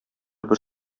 бер